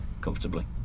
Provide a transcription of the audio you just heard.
comfortably